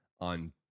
on